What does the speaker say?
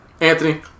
Anthony